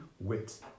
wit